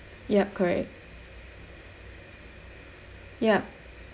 yup correct yup